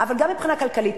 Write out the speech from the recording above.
אבל גם מבחינה כלכלית,